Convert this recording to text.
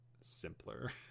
simpler